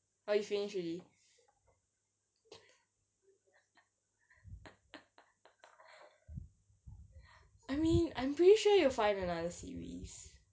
you finish already I mean I'm pretty sure you'll find another series